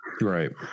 right